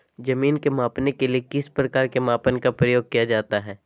जमीन के मापने के लिए किस प्रकार के मापन का प्रयोग किया जाता है?